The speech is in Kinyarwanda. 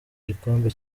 gikombe